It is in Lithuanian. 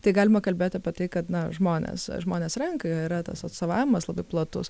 tai galima kalbėt apie tai kad na žmonės žmonės renka yra tas atstovavimas labai platus